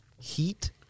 heat